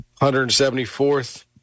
174th